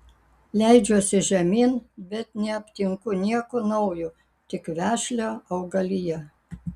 leidžiuosi žemyn bet neaptinku nieko naujo tik vešlią augaliją